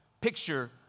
picture